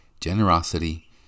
generosity